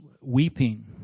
weeping